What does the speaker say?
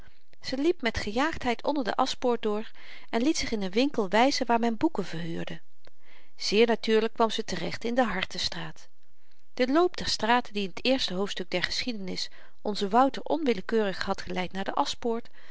ze liep met gejaagdheid onder de aschpoort door en liet zich een winkel wyzen waar men boeken verhuurde zeer natuurlyk kwam ze terecht in de hartestraat de loop der straten die in t eerste hoofdstuk der geschiedenis onzen wouter onwillekeurig had geleid naar de aschpoort